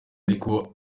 ariko